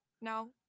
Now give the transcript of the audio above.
No